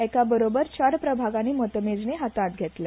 एका बरोबर चार प्रभागानी मतमेजणी हातात घेतले